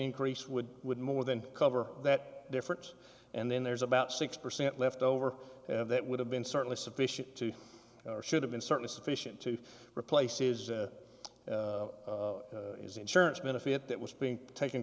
increase would would more than cover that difference and then there's about six percent left over the that would have been certainly sufficient to or should have been certainly sufficient to replace is is the insurance benefit that was being taken